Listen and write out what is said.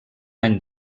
any